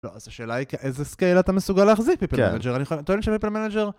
לא, אז השאלה היא איזה סקייל אתה מסוגל להחזיק, פיפל מנאג'ר, אני חושב שפיפל מנאג'ר...